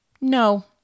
no